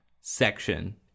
section